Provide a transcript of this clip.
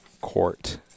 court